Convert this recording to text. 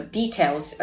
details